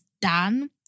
done